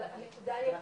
אבל הנקודה היא עקרונית,